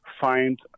find